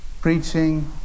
preaching